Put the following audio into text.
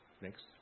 Next